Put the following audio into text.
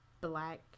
black